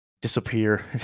disappear